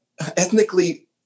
ethnically